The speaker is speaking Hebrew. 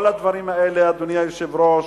כל הדברים האלה, אדוני היושב-ראש,